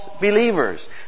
believers